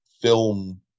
film